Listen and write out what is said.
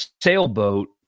sailboat